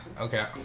okay